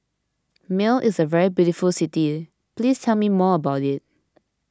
Male is a very beautiful city please tell me more about it